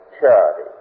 charity